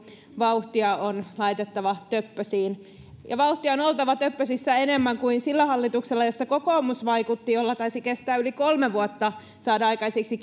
vauhtia on laitettava töppösiin ja vauhtia on oltava töppösissä enemmän kuin sillä hallituksella jossa kokoomus vaikutti jolla taisi kestää yli kolme vuotta saada aikaiseksi